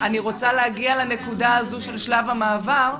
אני רוצה להגיע לנקודה הזו של שלב המעבר.